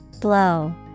Blow